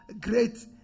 great